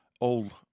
old